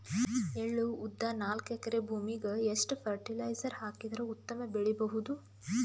ಎಳ್ಳು, ಉದ್ದ ನಾಲ್ಕಎಕರೆ ಭೂಮಿಗ ಎಷ್ಟ ಫರಟಿಲೈಜರ ಹಾಕಿದರ ಉತ್ತಮ ಬೆಳಿ ಬಹುದು?